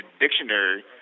dictionary